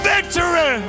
Victory